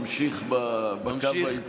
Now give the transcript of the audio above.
ממשיך בקו העקבי.